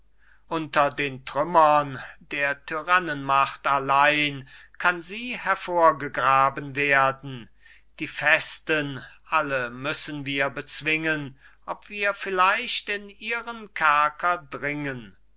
unter den trümmern der tyrannenmacht allein kann sie hervorgegraben werden die festen alle müssen wir bezwingen ob wir vielleicht in ihren kerker dringen